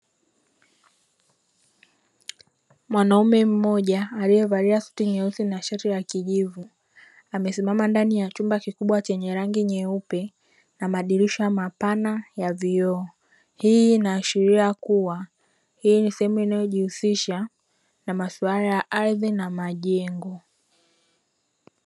Mwanaume mmoja aliyevalia suti nyeusi na shati la kijivu amesimama ndani ya chumba kikubwa chenye rangi nyeupe na madirisha mapana ya vioo, hii inaashiria kuwa hii ni sehemu inayojihusisha na maswala ya ardhi na majengo.